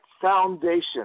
foundation